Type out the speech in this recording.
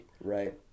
Right